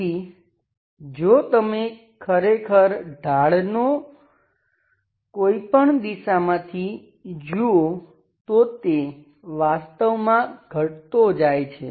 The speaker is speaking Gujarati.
તેથી જો તમે ખરેખર ઢાળ ને કોઈપણ દિશામાંથી જુઓ તો તે વાસ્તવમાં ઘટતો જાય છે